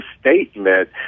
statement